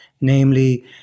namely